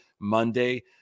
Monday